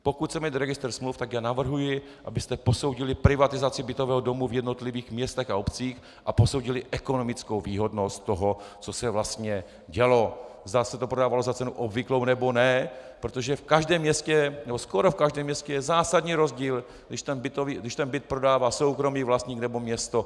Pokud chceme mít registr smluv, tak já navrhuji, abyste posoudili privatizaci bytového domu v jednotlivých městech a obcích a posoudili ekonomickou výhodnost toho, co se vlastně dělo, zda se to prodávalo za cenu obvyklou, nebo ne, protože v každém městě, nebo skoro v každém městě, je zásadní rozdíl, když ten byt prodává soukromý vlastník, nebo město.